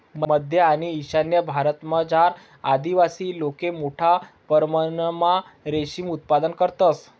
मध्य आणि ईशान्य भारतमझार आदिवासी लोके मोठा परमणमा रेशीम उत्पादन करतंस